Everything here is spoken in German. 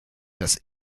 das